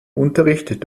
unterricht